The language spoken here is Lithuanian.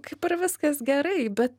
kaip ir viskas gerai bet